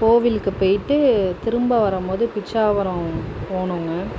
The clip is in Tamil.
கோவிலுக்கு போய்ட்டு திரும்ப வரும்போது பிச்சாவரம் போகணுங்க